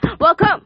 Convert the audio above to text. welcome